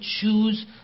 choose